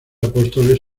apóstoles